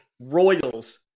Royals